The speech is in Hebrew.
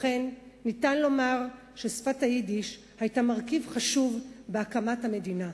לכן ניתן לומר ששפת היידיש היתה מרכיב חשוב בהקמת המדינה,